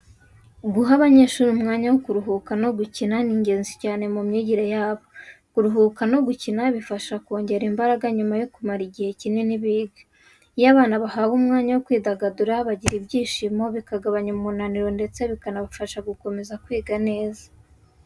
Guha abanyeshuri umwanya wo kuruhuka no gukina ni ingenzi cyane mu myigire yabo. Kuruhuka no gukina bifasha mu kongera imbaraga nyuma yo kumara igihe kinini biga. Iyo abana bahawe umwanya wo kwidagadura, bagira ibyishimo, bikagabanya umunaniro ndetse bikanabafasha gukomeza kwiga neza.